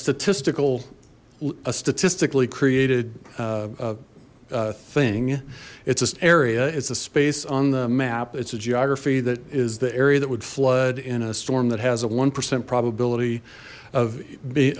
statistical statistically created thing it's just area it's a space on the map it's a geography that is the area that would flood in a storm that has a one percent probability of b